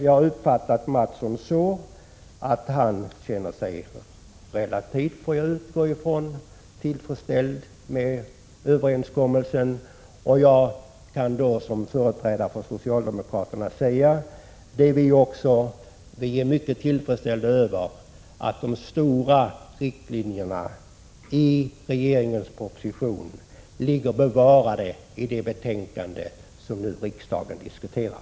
Jag har uppfattat Kjell A. Mattsson så, att han känner sig relativt — det får jag nog utgå ifrån — tillfredsställd med överenskommelsen, och jag kan som företrädare för socialdemokraterna säga att också vi är mycket nöjda med att de stora riktlinjerna i regeringens proposition finns bevarade i det betänkande som riksdagen nu diskuterar.